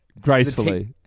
gracefully